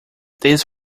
this